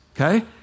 okay